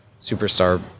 superstar